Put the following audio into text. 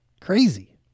Crazy